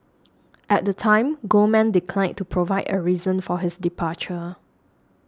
at the time Goldman declined to provide a reason for his departure